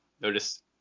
Notice